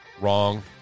wrong